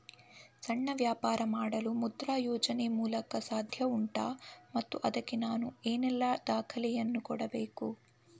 ಸಣ್ಣ ವ್ಯಾಪಾರ ಮಾಡಲು ಮುದ್ರಾ ಯೋಜನೆ ಮೂಲಕ ಸಾಧ್ಯ ಉಂಟಾ ಮತ್ತು ಅದಕ್ಕೆ ನಾನು ಏನೆಲ್ಲ ದಾಖಲೆ ಯನ್ನು ಕೊಡಬೇಕು?